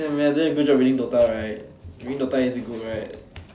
I'm doing a good job reading DOTA right you mean DOTA is good right